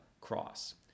cross